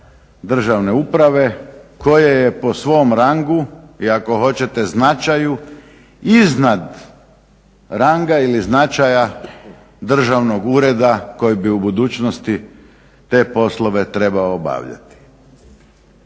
državne uprave koje je po svom rangu i ako hoćete značaju iznad ranga ili značaja državnog ureda koji bi u budućnosti te poslove trebao obavljati.